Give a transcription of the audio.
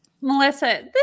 Melissa